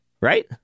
Right